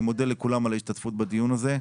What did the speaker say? אני מודה לכולם על ההשתתפות בדיון הזה.